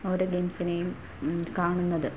ഓരോ ഗെയിംസിനേയും കാണുന്നത്